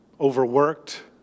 overworked